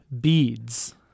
beads